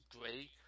great